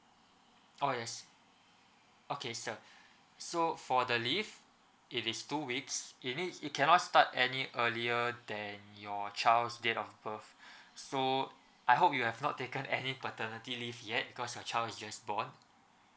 oh yes okay sir so for the leave it is two weeks it needs it cannot start any earlier than your child's date of birth so I hope you have not taken any paternity leave yet cause your child is just born